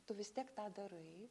tu vis tiek tą darai